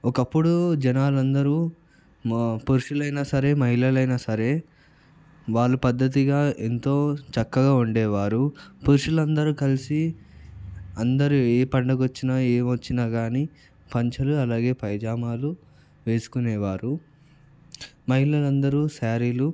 ఒకప్పుడు జనాలందరూ మా పురుషులైనా సరే మహిళలైనా సరే వాళ్ళు పద్ధతిగా ఎంతో చక్కగా ఉండేవారు పురుషులందరూ కలిసి అందరూ ఏ పండగొచ్చినా ఏమొచ్చినా కానీ పంచెలు అలాగే పైజామాలు వేసుకునేవారు మహిళలందరూ శారీలు